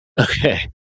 Okay